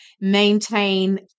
maintain